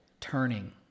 turning